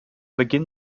beginn